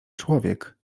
człowiek